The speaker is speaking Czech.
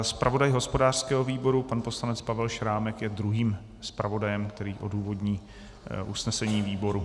Zpravodaj hospodářského výboru pan poslanec Pavel Šrámek je druhým zpravodajem, který odůvodní usnesení výboru.